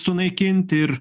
sunaikinti ir